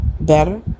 better